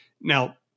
Now